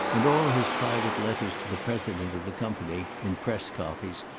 and all his private letters to the president of the company, in press copies,